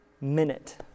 minute